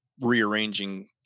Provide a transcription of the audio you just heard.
rearranging